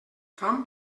fam